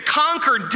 conquer